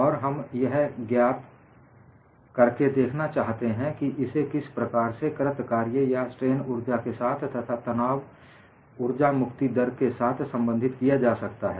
और हम यह ज्ञात करके देखना चाहते हैं कि इसे किस प्रकार से कृत कार्य या स्ट्रेन ऊर्जा के साथ तथा ऊर्जा मुक्ति की दर के साथ संबंधित किया जा सकता है